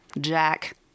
Jack